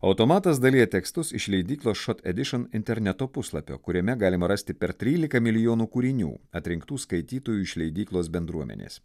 automatas dalija tekstus iš leidyklos šot edišin interneto puslapio kuriame galima rasti per trylika milijonų kūrinių atrinktų skaitytojų iš leidyklos bendruomenės